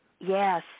Yes